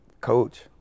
coach